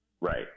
Right